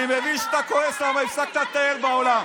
אני מבין שאתה כועס כי הפסקת לטייל בעולם.